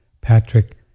patrick